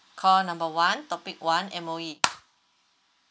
call number one topic one M_O_E